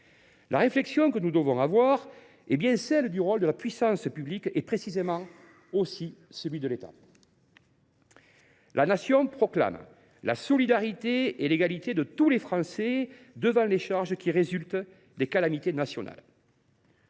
La réflexion que nous devons mener concerne le rôle de la puissance publique et, précisément, celui de l’État. « La Nation proclame la solidarité et l’égalité de tous les Français devant les charges qui résultent des calamités nationales.